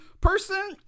person